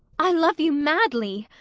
i love you madly.